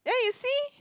ya you see